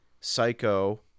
Psycho